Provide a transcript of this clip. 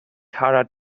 tara